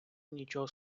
нічого